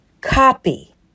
copy